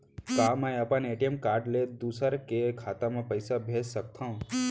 का मैं अपन ए.टी.एम कारड ले दूसर के खाता म पइसा भेज सकथव?